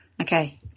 Okay